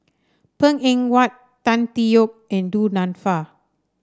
Png Eng Huat Tan Tee Yoke and Du Nanfa